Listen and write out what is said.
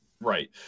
Right